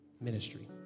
ministry